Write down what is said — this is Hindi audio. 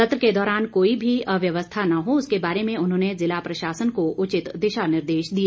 सत्र के दौरान कोई भी अव्यवस्था न हो उसके बारे में उन्होंने जिला प्रशासन को उचित दिशा निर्देश दिए